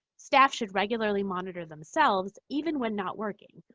staff should regularly monitor themselves even when not working.